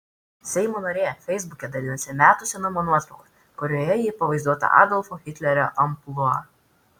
seimo narė feisbuke dalinasi metų senumo nuotrauka kurioje ji pavaizduota adolfo hitlerio amplua